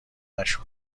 نشد